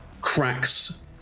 cracks